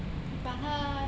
你把它